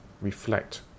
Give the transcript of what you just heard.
reflect